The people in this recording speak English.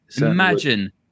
Imagine